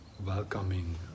welcoming